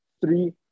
three